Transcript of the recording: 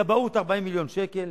לכבאות, 40 מיליון שקל,